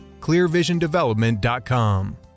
clearvisiondevelopment.com